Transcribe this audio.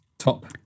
Top